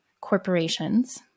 corporations